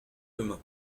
demain